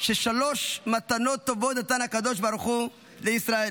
ששלוש מתנות טובות נתן הקדוש ברוך הוא לישראל,